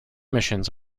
missions